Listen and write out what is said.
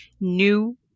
new